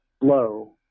low